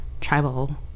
tribal